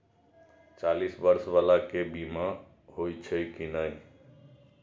चालीस बर्ष बाला के बीमा होई छै कि नहिं?